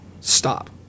Stop